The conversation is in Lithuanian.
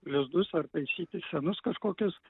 lizdus ar taisyti senus kažkokius